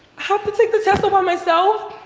have to take the test over myself?